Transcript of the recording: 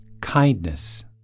kindness